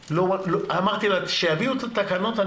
אמרתי להם: כשיביאו את התקנות,